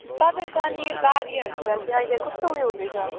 तपाईँको अनि बारीहरूतिर चाहिँ अहिले कस्तो उयो हुँदैछ